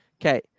okay